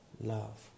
love